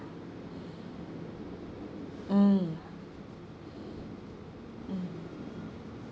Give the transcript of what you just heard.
mm